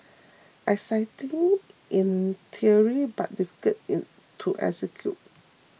exciting in theory but difficult in to execute